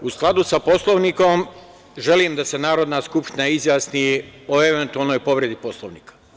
U skladu sa Poslovnikom, želim da se Narodna skupština izjasni o eventualnoj povredi Poslovnika.